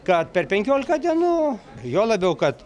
kad per penkiolika dienų juo labiau kad